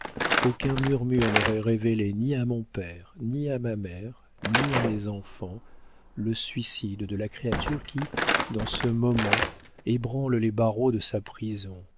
aucun murmure n'aurait révélé ni à mon père ni à ma mère ni à mes enfants le suicide de la créature qui dans ce moment ébranle les barreaux de sa prison